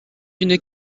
une